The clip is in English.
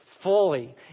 fully